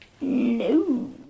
No